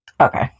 Okay